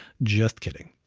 just kidding.